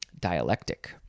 Dialectic